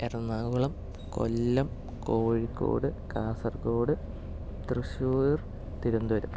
Ernakulam Kollam Kozhikode Kasaragod Thrissur Thiruvananthapuram